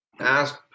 ask